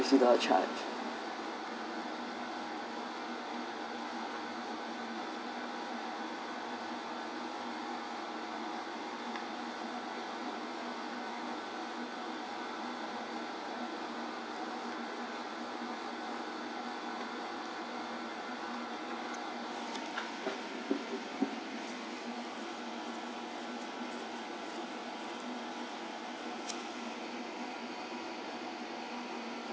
fifty dollar charge